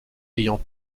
ayant